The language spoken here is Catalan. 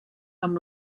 amb